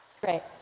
Great